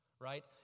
right